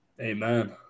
Amen